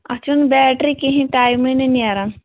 اَتھ چھُ نہٕ بیٹری کِہیٖنٛۍ ٹایمے نہٕ نیران